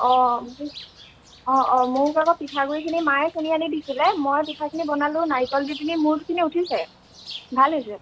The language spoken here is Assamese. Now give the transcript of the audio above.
অঁ অঁ মোকঅঁ অঁ মোক আকৌ পিঠাগুড়িখিনি মায়ে খুন্দি আনি দিছিলে মই পিঠাখিনি বনালোঁ নাৰিকল দিপিনি মোৰখিনি উঠিছে ভাল হৈছে